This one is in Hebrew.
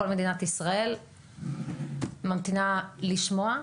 כל מדינת ישראל ממתינה לשמוע.